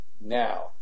now